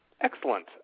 Excellent